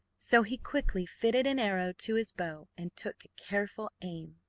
so he quickly fitted an arrow to his bow and took a careful aim.